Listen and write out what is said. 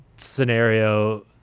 scenario